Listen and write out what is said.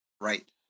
Right